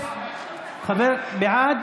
בעד